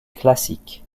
classique